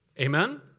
Amen